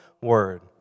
word